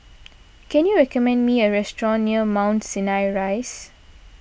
can you recommend me a restaurant near Mount Sinai Rise